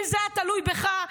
אם זה היה תלוי בך,